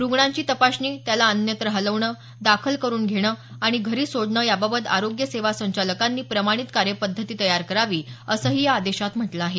रुग्णांची तपासणी त्याला अन्यत्र हलवणं दाखल करून घेणं आणि घरी सोडणं याबाबत आरोग्य सेवा संचालकांनी प्रमाणित कार्यपद्धती तयार करावी असंही या आदेशात म्हटलं आहे